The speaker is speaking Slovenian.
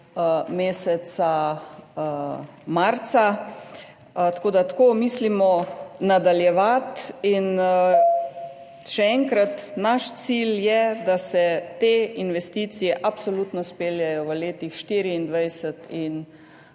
meseca marca, tako mislimo nadaljevati. In še enkrat, naš cilj je, da se te investicije absolutno speljejo v letih 2024 in